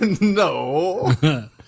No